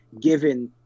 given